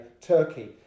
Turkey